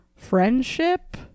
friendship